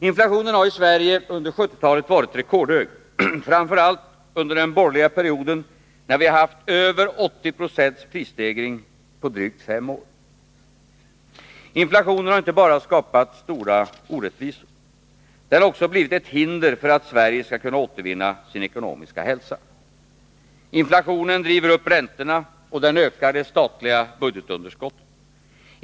Inflationen har i Sverige under 1970-talet varit rekordhög, framför allt under den borgerliga perioden när vi har haft över 80 procents prisstegring på drygt fem år. Inflationen har inte bara skapat stora orättvisor. Den har också blivit ett hinder för att Sverige skall återvinna sin ekonomiska hälsa. Inflationen driver upp räntorna och den ökar det statliga budgetunderskottet.